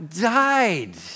died